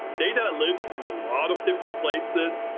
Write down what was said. data lives in a lot of different places,